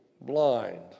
blind